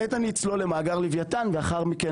כעת אני אצלול למאגר לווייתן ואחר מכן